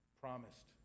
promised